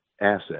asset